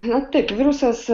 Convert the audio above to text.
na taip virusas